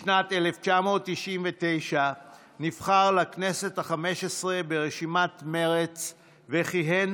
בשנת 1999 נבחר לכנסת החמש-עשרה ברשימת מרצ וכיהן